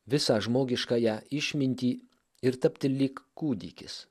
visą žmogiškąją išmintį ir tapti lyg kūdikis